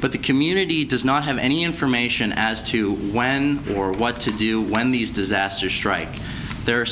but the community does not have any information as to when or what to do when these disasters strike the